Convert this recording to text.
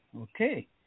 Okay